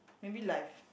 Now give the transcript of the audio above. maybe life